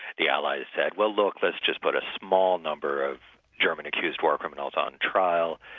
the allies said, well look, let's just put a small number of german accused war criminals on trial.